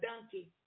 donkey